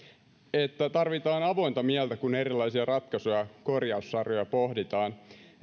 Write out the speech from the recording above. että tarvitaan avointa mieltä kun erilaisia ratkaisuja ja korjaussarjoja pohditaan